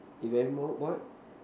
if anymore what